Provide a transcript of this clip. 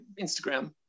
Instagram